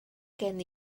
gen